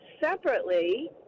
separately